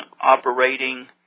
operating